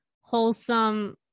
wholesome